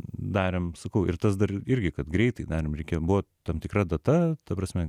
darėm sakau ir tas dar irgi kad greitai darėm reikėjo buvo tam tikra data ta prasme